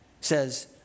says